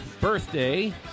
birthday